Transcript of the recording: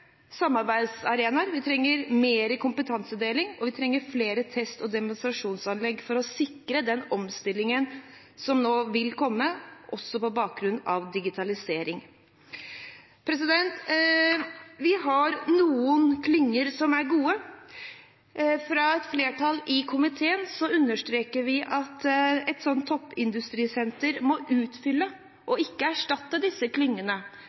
samarbeidsarenaer, vi trenger mer kompetansedeling, og vi trenger flere test- og demonstrasjonsanlegg for å sikre den omstillingen som nå vil komme, også på bakgrunn av digitalisering. Vi har noen klynger som er gode. Fra et flertall i komiteen understreker vi at et sånt toppindustrisenter må utfylle og ikke erstatte disse klyngene.